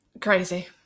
crazy